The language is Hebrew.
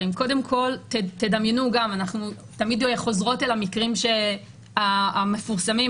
אנחנו תמיד חוזרות למקרים המפורסמים.